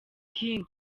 king